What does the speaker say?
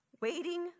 Waiting